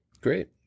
Great